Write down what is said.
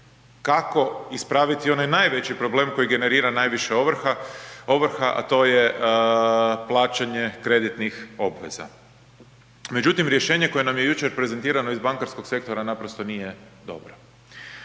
kako ispraviti onaj najveći problem koji generira najviše ovrha, a to je plaćanje kreditnih obveza. Međutim, rješenje koje nam je jučer prezentirano iz bankarskog sektora naprosto nije dobro.